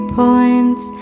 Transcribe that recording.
points